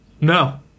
No